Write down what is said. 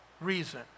reason